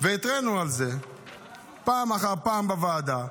והתרענו על זה פעם אחר פעם בוועדה.